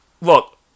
Look